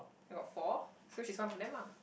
I got four so she's one of them ah